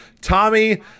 Tommy